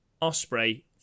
Osprey